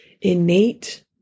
innate